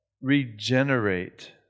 regenerate